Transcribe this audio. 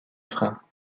frein